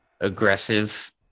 aggressive